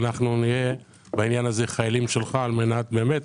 ואנחנו נהיה בעניין הזה חיילים שלך על מנת באמת